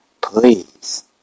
please